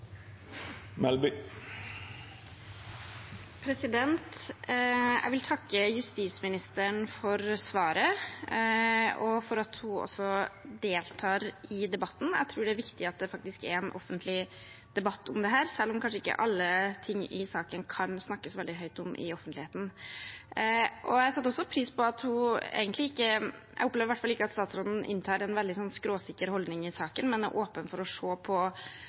Jeg vil takke justisministeren for svaret og for at hun deltar i debatten. Jeg tror det er viktig at det faktisk er en offentlig debatt om dette, selv om kanskje ikke alle ting i saken kan snakkes veldig høyt om i offentligheten. Jeg setter også pris på at hun ikke inntar en veldig skråsikker holdning i saken – jeg opplever det i hvert fall ikke slik – men er åpen for å jobbe med ulike typer saker for å bedre den måten vi greier å